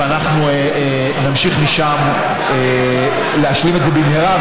ואנחנו נמשיך משם להשלים את זה במהרה,